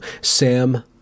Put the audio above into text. Sam